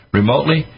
remotely